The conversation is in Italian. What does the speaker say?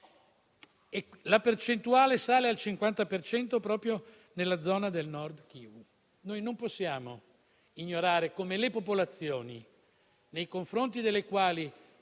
La percentuale sale al 50 per cento proprio nella zona del nord Kivu. Non possiamo ignorare come le popolazioni nei confronti delle quali